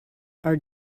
are